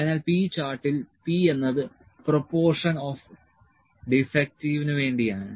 അതിനാൽ p ചാർട്ടിൽ p എന്നത് പ്രൊപോർഷൻ ഓഫ് ഡിഫക്റ്റീവിന് വേണ്ടിയാണ്